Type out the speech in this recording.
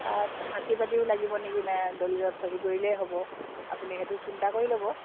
তাত লাগিব নেকি নে দলিলত চহী কৰিলেই হ'ব আপুনি সেইটো চিন্তা কৰি ল'ব